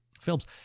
films